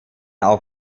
auf